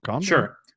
Sure